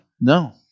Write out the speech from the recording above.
No